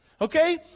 Okay